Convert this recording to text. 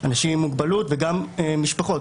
אנשים עם מוגבלות וגם משפחות,